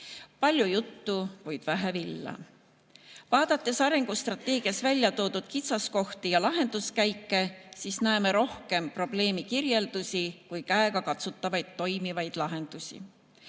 Palju juttu, vähe villa. Vaadates arengustrateegias väljatoodud kitsaskohti ja lahenduskäike, näeme rohkem probleemide kirjeldusi kui käegakatsutavaid toimivaid lahendusi